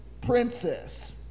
princess